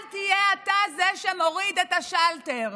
אל תהיה אתה זה שמוריד את השלטר.